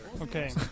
Okay